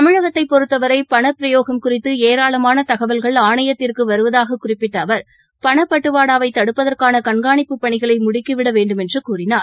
தமிழகத்தைப் பொறுத்தவரைபணப்பிரயோகம் குறித்துஏராளமானதகவல்கள் ஆணையத்திற்குவருவதாகக் குறிப்பிட்டஅவர் பணப்பட்டுவாடாவைதடுப்பதற்கானகண்காணிப்பு பணிகளைமுடுக்கிவிடவேண்டுமென்றுகூறினார்